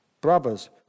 brothers